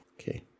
Okay